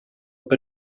per